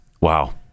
Wow